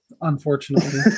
Unfortunately